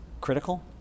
critical